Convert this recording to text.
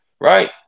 right